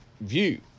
view